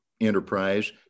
enterprise